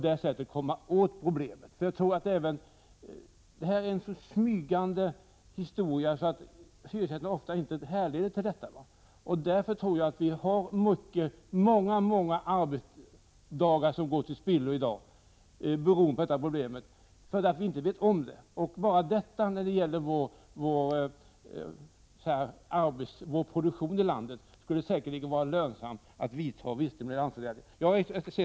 Det här problemet kommer, som sagt, smygande och därför kan hyresgästerna ofta inte härleda det. Av den anledningen tror jag att väldigt många arbetsdagar går till spillo. Inte minst med tanke på produktionen i landet skulle det säkerligen vara lönsamt om vissa stimulansåtgärder vidtogs.